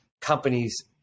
companies